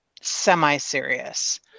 semi-serious